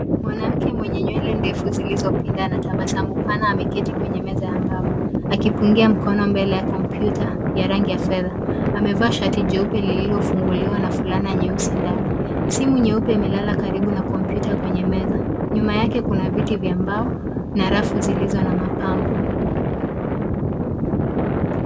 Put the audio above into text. Mwanamke mwenye nywele ndefu zilizopinda anatabasamu pana ameketi kwenye meza ya mbao akipungia mkono mbele ya kompyuta ya rangi ya fedha. Amevaa shati jeupe lililofunguliwa na fulani nyeusi ndani. Simu nyeupe imelala karibu na kompyuta kwenye meza. Nyuma yake kuna viti vya mbao na rafu zilizo na mapambo.